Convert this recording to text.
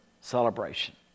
celebration